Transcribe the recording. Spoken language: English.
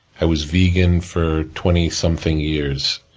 i was vegan for twenty something years.